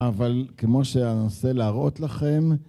אבל כמו שאנסה להראות לכם